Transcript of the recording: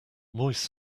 moist